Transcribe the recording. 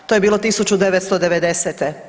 To je bilo 1990.